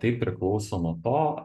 tai priklauso nuo to